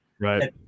Right